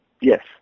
Yes